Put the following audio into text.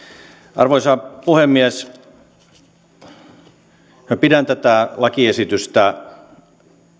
arvoisa puhemies pidän tätä lakiesitystä